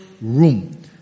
room